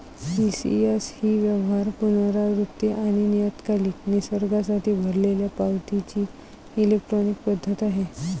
ECS ही व्यवहार, पुनरावृत्ती आणि नियतकालिक निसर्गासाठी भरलेल्या पावतीची इलेक्ट्रॉनिक पद्धत आहे